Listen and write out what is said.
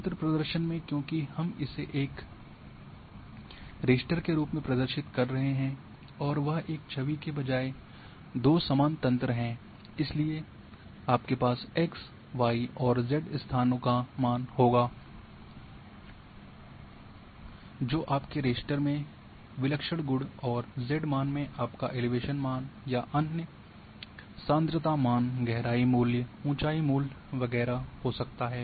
तंत्र प्रदर्शन में क्योंकि हम इसे एक रास्टर के रूप में प्रदर्शित कर रहे हैं और वह एक छवि के बजाय दो समान तंत्र हैं इसलिए आपके पास x y और z स्थानों का मान होगा जो आपके रास्टर में विलक्षण गुण और z मान में आपका एलिवेशन मान या अन्य सांद्रता मान गहराई मूल्य ऊंचाई मूल्य वगैरह हो सकता है